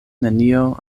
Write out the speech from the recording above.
nenio